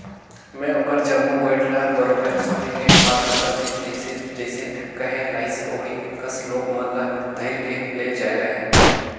में ओखर जम्मो गोयठ ल बरोबर सुने के बाद दूसर दिन जइसे जइसे कहे लाइस ओही कस लोग मन ल धइर के ले जायें रहें